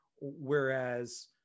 whereas